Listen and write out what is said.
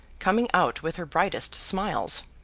coming out, with her brightest smiles.